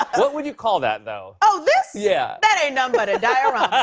what would you call that, though? oh, this? yeah. that ain't nothing but a diorama.